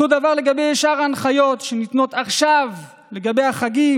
אותו דבר לגבי שאר ההנחיות שניתנות עכשיו לגבי החגים,